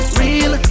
real